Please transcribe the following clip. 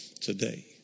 today